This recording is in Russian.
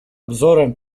обзора